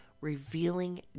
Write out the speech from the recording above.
revealing